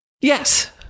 Yes